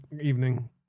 evening